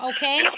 Okay